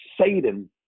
Satan